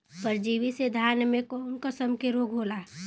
परजीवी से धान में कऊन कसम के रोग होला?